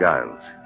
Giles